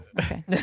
Okay